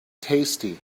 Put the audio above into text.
tasty